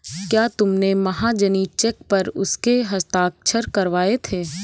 क्या तुमने महाजनी चेक पर उसके हस्ताक्षर करवाए थे?